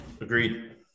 Agreed